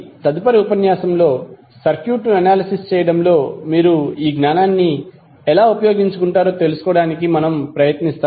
కాబట్టి తదుపరి ఉపన్యాసంలో సర్క్యూట్ను అనాలిసిస్ చేయడం లో మీరు ఈ జ్ఞానాన్ని ఎలా ఉపయోగించుకుంటారో తెలుసుకోవడానికి ప్రయత్నిస్తాము